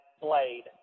Blade